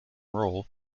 roll